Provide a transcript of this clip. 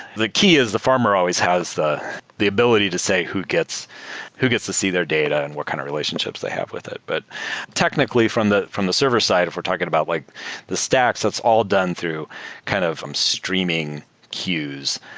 the key is the farmer always has the the ability to say who gets who gets to see their data and what kind of relationships they have with it. but technically from the from the server side if we're talking about like the stacks, that's all done through kind of streaming queues.